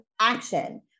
action